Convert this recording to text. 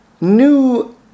new